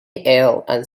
and